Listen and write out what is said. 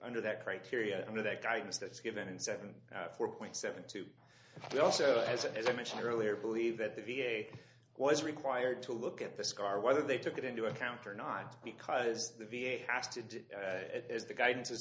under that criteria under that guidance that's given in seven four point seven two also has it as i mentioned earlier believe that the v a was required to look at the scar whether they took it into account or not because the v a has to do it as the guidance is